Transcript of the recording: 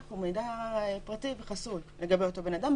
הוא מידע פרטי וחסוי לגבי אותו בן אדם,